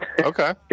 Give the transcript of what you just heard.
Okay